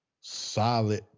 solid